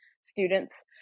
students